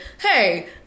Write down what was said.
hey